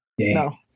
No